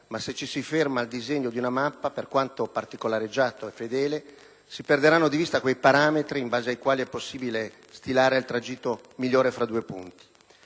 ma se ci si ferma al disegno di una mappa, per quanto particolareggiato e fedele, si perderanno di vista quei parametri in base ai quali è possibile stilare il tragitto migliore fra due punti.